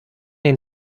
den